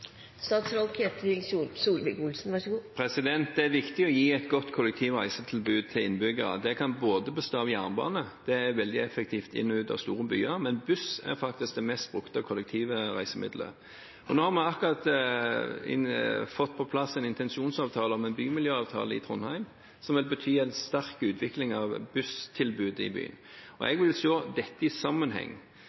viktig å gi et godt kollektivreisetilbud til innbyggerne. Det kan bestå av jernbane – det er veldig effektivt inn og ut av store byer – men buss er faktisk det mest brukte kollektivreisemiddelet. Vi har nå akkurat fått på plass en intensjonsavtale om en bymiljøavtale i Trondheim, som vil bety en sterk utvikling av busstilbudet i byen. Jeg vil se dette i